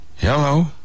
Hello